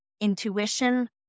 intuition